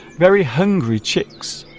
very hungry chicks